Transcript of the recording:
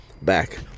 back